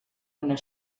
una